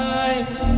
eyes